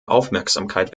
aufmerksamkeit